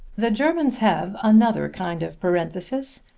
the germans have another kind of parenthesis,